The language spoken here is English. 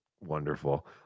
Wonderful